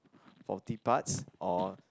faulty parts or